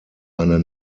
eine